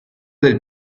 del